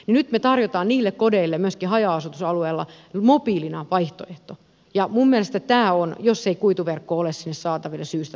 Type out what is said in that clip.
nyt me tarjoamme niille kodeille myöskin haja asutusalueilla mobiilina vaihtoehdon jos ei kuituverkkoa ole sinne saatavilla syystä tai toisesta